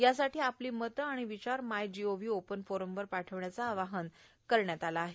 यासाठी आपली मतं आणि विचार मायजीओव्ही ओपन फोरमवर पाठविण्याचं आवाहन करण्यात आलं आहे